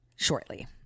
shortly